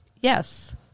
Yes